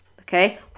okay